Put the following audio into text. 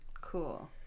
Cool